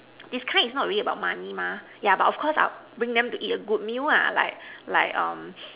this kind is not really about money mah yeah but of course I will bring them to eat a good meal ah like like um